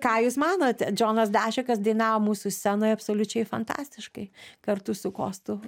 ką jūs manote džonas dašekas dainavo mūsų scenoje absoliučiai fantastiškai kartu su kostu